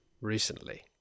recently